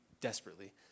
desperately